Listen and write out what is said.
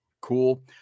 cool